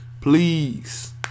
Please